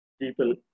people